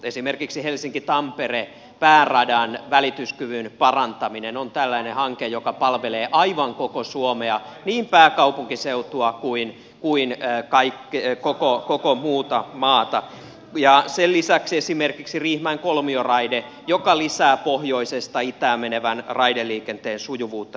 esimerkiksi helsinkitampere pääradan välityskyvyn parantaminen on tällainen hanke joka palvelee aivan koko suomea niin pääkaupunkiseutua kuin koko muuta maata samoin sen lisäksi esimerkiksi riihimäen kolmioraide joka lisää pohjoisesta itään menevän raideliikenteen sujuvuutta merkittävällä tavalla